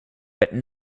but